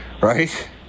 right